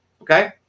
okay